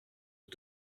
aux